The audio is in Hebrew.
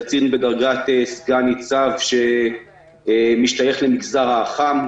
קצין בדרגת סגן ניצב שמשתייך למגזר האח"מ,